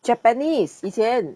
japanese 以前